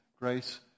grace